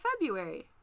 february